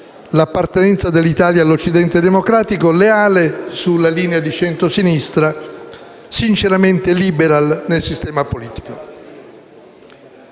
l'appartenenza dell'Italia all'Occidente democratico, leale su una linea di centrosinistra sinceramente *liberal* nel sistema politico.